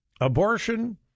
Abortion